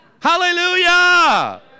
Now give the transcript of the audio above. Hallelujah